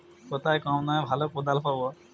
কোথায় কম দামে ভালো কোদাল পাব?